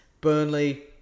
Burnley